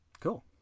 Cool